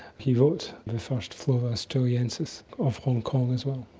he wrote the first flora australiensis, of hong kong as well.